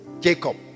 Jacob